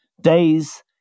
days